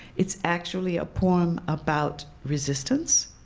it's actually a poem about resistance.